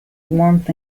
warmth